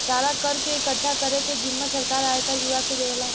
सारा कर के इकठ्ठा करे के जिम्मा सरकार आयकर विभाग के देवेला